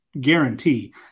guarantee